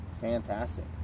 Fantastic